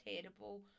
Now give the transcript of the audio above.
terrible